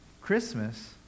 Christmas